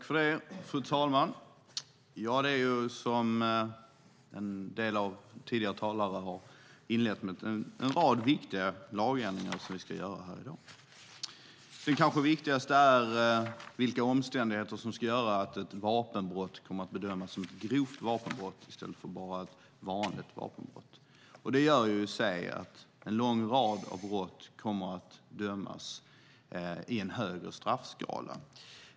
Fru talman! Som en del tidigare talare har sagt är det en rad viktiga lagändringar som vi ska ta ställning till i dag. Den kanske viktigaste är vilka omständigheter som ska göra att ett vapenbrott kommer att bedömas som ett grovt vapenbrott i stället för bara ett vanligt vapenbrott. Det gör i sig att en lång rad brott kommer att leda till domar på en högre straffskala.